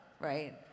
right